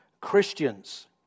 Christians